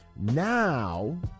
Now